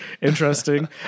interesting